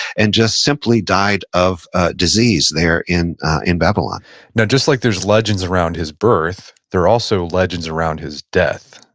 and just simply died of disease there in in babylon now, just like there's legends around his birth, there're also legends around his death,